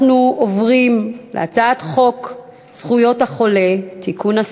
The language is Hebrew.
אנחנו עוברים להצעת חוק זכויות החולה (תיקון,